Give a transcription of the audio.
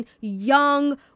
young